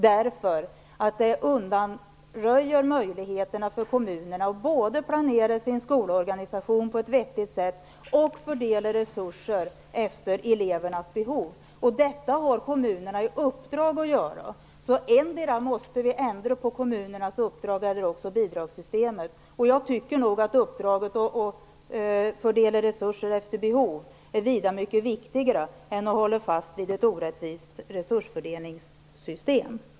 Det undanröjer möjligheterna för kommunerna både att planera sin skolorganisation på ett vettigt sätt och att fördela resurser efter elevernas behov. Detta har kommunerna i uppdrag att göra. Vi måste alltså endera ändra på kommunernas uppdrag eller på bidragssystemet. Jag tycker nog att uppdraget att fördela resurser efter behov är vida viktigare än att hålla fast vid ett orättvist resursfördelningssystem.